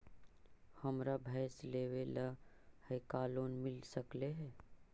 हमरा भैस लेबे ल है का लोन मिल सकले हे?